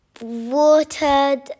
watered